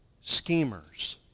schemers